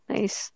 Nice